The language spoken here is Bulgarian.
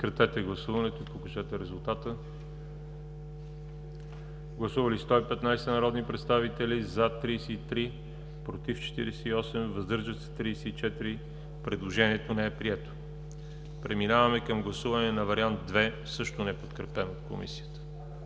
вариант I, неподкрепено от Комисията. Гласували 115 народни представители: за 33, против 48, въздържали се 34. Предложението не е прието. Преминаваме към гласуване на вариант II – също неподкрепен от Комисията.